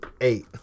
eight